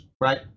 right